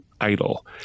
idol